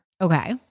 Okay